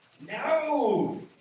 No